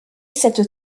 cette